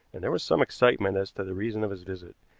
and there was some excitement as to the reason of his visit.